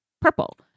Purple